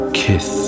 kiss